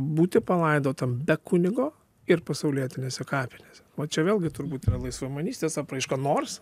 būti palaidotam be kunigo ir pasaulietinėse kapinėse čia vėlgi turbūt yra laisvamanystės apraiška nors